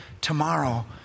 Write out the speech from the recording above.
tomorrow